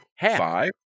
five